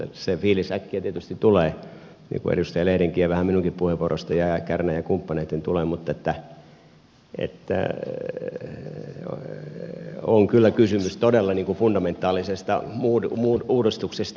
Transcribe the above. se fiilis äkkiä tietysti tulee edustaja lehden ja vähän minunkin puheenvuoroistani ja kärnän ja kumppaneiden mutta on kyllä kysymys todella fundamentaalisesta uudistuksesta